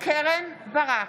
קרן ברק,